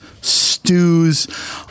stews